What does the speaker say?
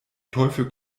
teufel